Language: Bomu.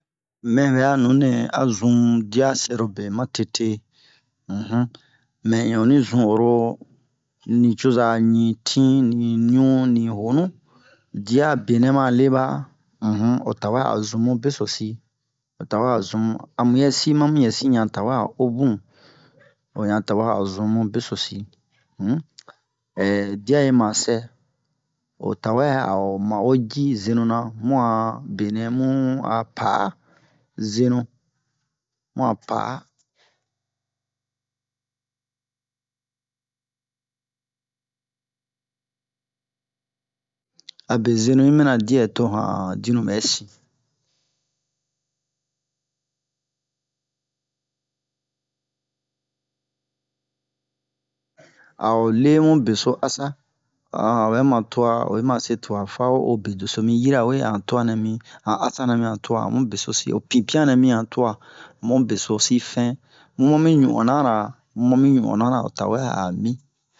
mɛ bɛ'a nunɛ a zun diya cɛrobe matete um mɛ in onni zun oro nucoza nitin niɲun nihonu diya benɛ ma leɓa um o tawɛ a o zun mu besosi o tawɛ a muyɛsi ma muyɛsi ɲan tawɛ a o bun o ɲan tawɛ a o zun mu besosi um diya yima cɛ o tawɛ a o ma'o ji zenu-na mu'a benɛ mu'a pa'a zenu mu a pa'a abe zenu yi nina diyɛ to han dinu ɓɛsin a o lemu beso asa obɛ man tuwa oyima se tuwa fa o o bedosi mi yirawe a han tuwa nɛ mi a han asa nɛ mi han tuwa amu besosi ho pinpiyan nɛ mi han tuwa amu besosi fɛn mu mam ɲon'onna-ra mu mami ɲon'onna-ra o tawɛ a mi